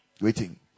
waiting